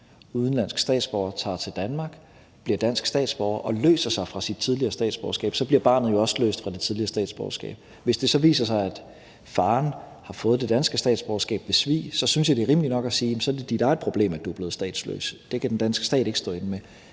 udenlandsk statsborger, som tager til Danmark, bliver dansk statsborger og løser sig fra sit tidligere statsborgerskab, og så bliver barnet jo også løst fra sit tidligere statsborgerskab. Hvis det så viser sig, at faren har fået det danske statsborgerskab ved svig, synes jeg det er rimeligt nok at sige: Så er det dit eget problem, at du er blevet statsløs; det kan den danske stat ikke stå med.